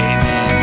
Amen